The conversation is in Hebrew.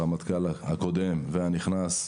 הרמטכ"ל הקודם והנכנס,